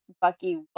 Bucky